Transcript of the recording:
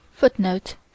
Footnote